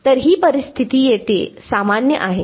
तर ही परिस्थिती येथे सामान्य आहे